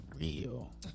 real